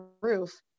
roof